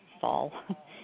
fall